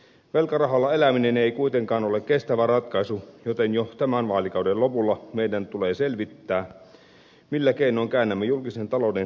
velkarahalla eläminen ei kuitenkaan ole kestävä ratkaisu joten jo tämän vaalikauden lopulla meidän tulee selvittää millä keinoin käännämme julkisen talouden kestävälle uralle